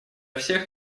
всех